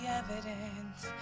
evidence